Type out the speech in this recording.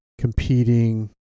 competing